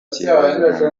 kibazo